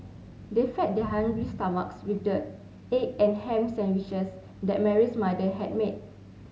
they fed their hungry stomachs with the egg and ham sandwiches that Mary's mother had made